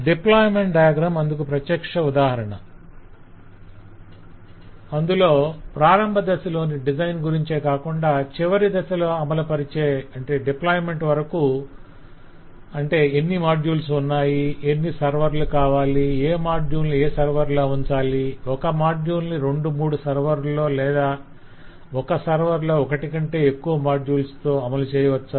deployment diagram అందుకు ప్రత్యక్ష ఉదాహరణ - అందులో ప్రారంభ దశలోని డిజైన్ గురించే కాకుండా చివరి దశలో అమలుపరచే వరకూ అంటే ఎన్ని మాడ్యూల్స్ ఉన్నాయి ఎన్ని సర్వర్లు కావాలి ఏ మాడ్యూల్ ని ఏ సర్వర్ లో ఉంచాలి ఒక మాడ్యూల్ ని రెండు మూడు సర్వర్లలో లేదా ఒక సర్వర్ లో ఒకటి కంటే ఎక్కువ మాడ్యూల్స్ తో అమలుచేయవచ్చా